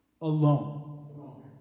alone